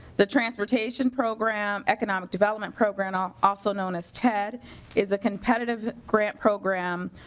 the transportation program economic development program um also known as ted is competitive gra nt program